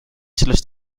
sellest